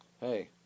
Hey